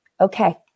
okay